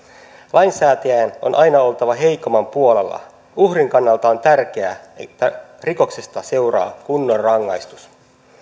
lainsäätäjien on aina oltava heikomman puolella uhrin kannalta on tärkeää että rikoksesta seuraa kunnon rangaistus